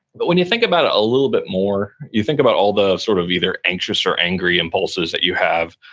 but when you think about it a little bit more, you think about all the sort of either anxious or angry impulses that you have,